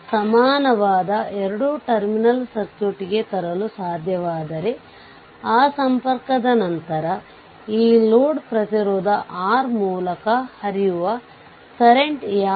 ಅಂದರೆ ಈ ಟರ್ಮಿನಲ್ ಒಂದೇ ಆಗಿರುತ್ತದೆ ಆದ್ದರಿಂದ K V L ಅನ್ನು ಈ ರೀತಿ ಅನ್ವಯಿಸಿದರೆ VThevenin ಆಗಿರುತ್ತದೆ6 i2 VThevenin 0 ಅಂದರೆ VThevenin 6 i2